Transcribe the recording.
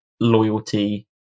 loyalty